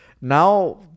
now